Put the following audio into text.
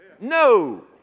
No